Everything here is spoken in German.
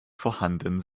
vorhanden